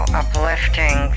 uplifting